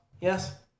Yes